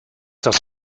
das